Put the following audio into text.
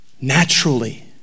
naturally